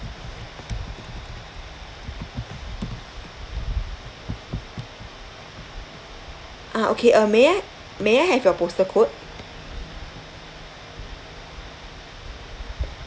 ah okay uh may I may I have your postal code